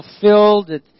fulfilled